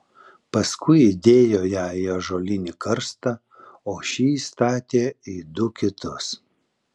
paskui įdėjo ją į ąžuolinį karstą o šį įstatė į du kitus